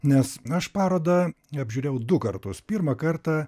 nes aš parodą apžiūrėjau du kartus pirmą kartą